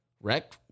wreck